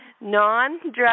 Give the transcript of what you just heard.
non-drug